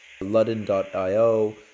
Ludden.io